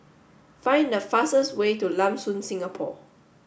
find the fastest way to Lam Soon Singapore